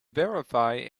verify